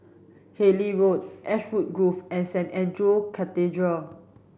Harlyn Road Ashwood Grove and Saint Andrew Cathedral